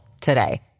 today